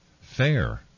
fair